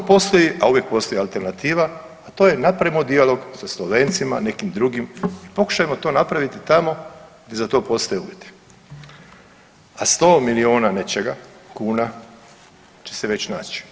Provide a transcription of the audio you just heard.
A ako postoji, a uvijek postoji alternativa, a to je napravimo dijalog sa Slovencima, nekim drugim i pokušajmo to napravit tamo gdje za to postoje uvjeti, a 100 milijuna nečega, kuna će se već naći.